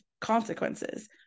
consequences